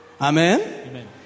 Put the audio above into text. Amen